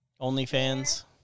OnlyFans